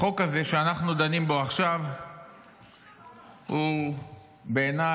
החוק הזה שאנחנו דנים בו עכשיו הוא בעיניי,